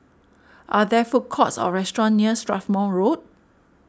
are there food courts or restaurants near Strathmore Road